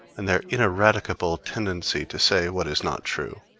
and their ineradicable tendency to say what is not true.